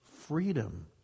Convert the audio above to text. freedom